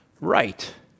right